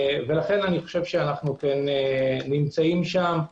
לכן אני חושב שאנו כן נמצאים שם.